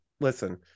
listen